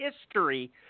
history